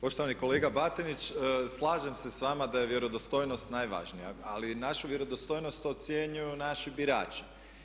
Poštovani kolega Batinić, slažem se s vama da je vjerodostojnost najvažnija, ali našu vjerodostojnost ocjenjuju naši birači.